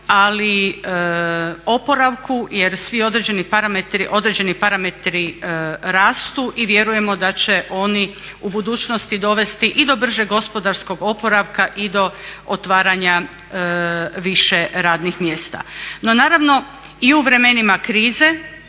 ali oporavku jer svi određeni parametri rastu i vjerujemo da će oni u budućnosti dovesti i do bržeg gospodarskog oporavka i do otvaranja više radnih mjesta. No, naravno i u vremenima krize